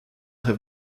have